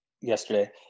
yesterday